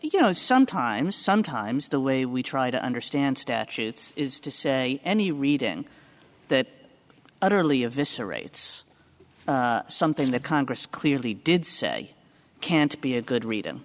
you know sometimes sometimes the way we try to understand statutes is to say any reading that utterly eviscerates something the congress clearly did say can't be a good read